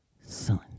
son